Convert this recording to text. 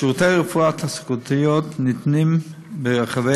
שירותי רפואה תעסוקתיים ניתנים ברחבי